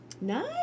Nice